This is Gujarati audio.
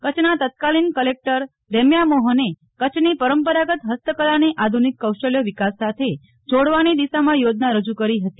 કચ્છના તત્કાલીન કલેકટર રેમ્યા મોહને કચ્છની પરંપરાગત હસ્તકલાની આધુનીક કૌશલ્ય વિકાસ સાથે જોડવાની દિશામાં યોજના રજૂ કરી કરી હતી